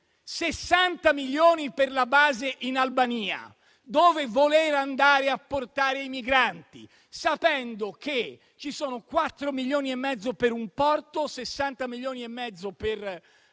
60 milioni per la base in Albania, dove andare a portare i migranti, sapendo che ci sono 4 milioni e mezzo per un porto, 60 milioni e mezzo per